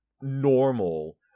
normal